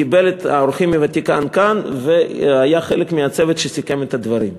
קיבל את האורחים מהוותיקן כאן והיה חלק מהצוות שסיכם את הדברים.